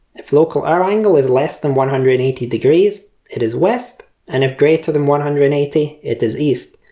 if local hour angle is less than one hundred and eighty degrees it is west and if greater than one hundred and eighty it is east,